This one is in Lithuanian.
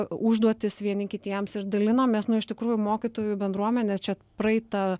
užduotis vieni kitiems ir dalinomės nu iš tikrųjų mokytojų bendruomenė čia praeitą